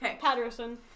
Patterson